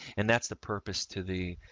and that's the purpose to the,